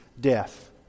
death